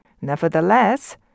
Nevertheless